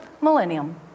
millennium